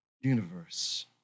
universe